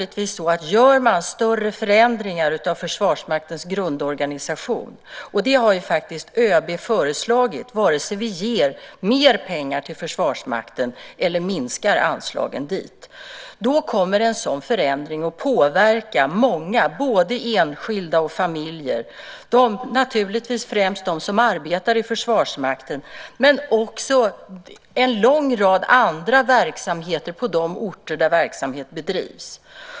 Gör man större förändringar av Försvarsmaktens grundorganisation - och det har ÖB föreslagit, vare sig vi ger mer pengar till Försvarsmakten eller minskar anslagen dit - kommer en sådan förändring att påverka många både enskilda och familjer. Det gäller naturligtvis främst dem som arbetar i Försvarsmakten. Men också en lång rad andra verksamheter påverkas på de orter där verksamhet bedrivs.